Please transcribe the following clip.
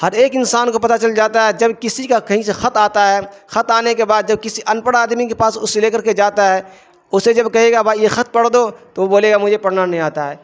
ہر ایک انسان کو پتہ چل جاتا ہے جب کسی کا کہیں سے خط آتا ہے خط آنے کے بعد جب کسی انپڑھ آدمی کے پاس اسے لے کر کے جاتا ہے اسے جب کہے گا ب یہ خط پڑھ دو تو وہ بولے گا مجھے پڑھنا نہیں آتا ہے